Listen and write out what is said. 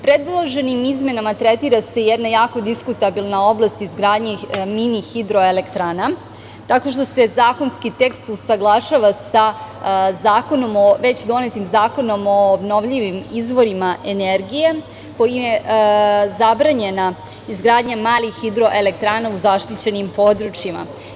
Predloženim izmenama tretira se jedna jako diskutabilna oblast izgradnji mini hidroelektrana, tako što se zakonski tekst usaglašava sa već donetim Zakonom o obnovljivim izvorima energije, kojim je zabranjena izgradnja malih hidroelektrana u zaštićenim područjima.